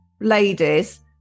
ladies